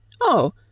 Oh